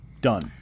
done